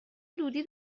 دودی